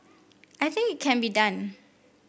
I think it can be done